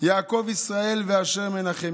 יעקב ישראל ואשר מנחם,